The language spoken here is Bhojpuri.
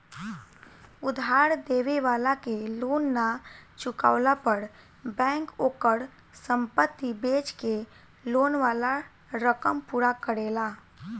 उधार लेवे वाला के लोन ना चुकवला पर बैंक ओकर संपत्ति बेच के लोन वाला रकम पूरा करेला